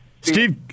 Steve